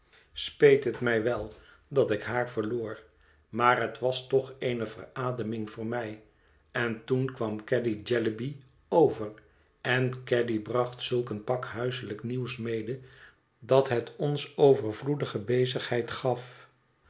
speet het mij wel dat ik haar verloor maar het was toch eene verademing voor mij en toen kwam caddy jellyby over en caddy bracht zulk een pak huiselijk nieuws mede dat het ons overvloedige bezigheid gaf